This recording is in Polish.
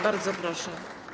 Bardzo proszę.